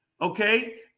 okay